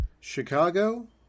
Chicago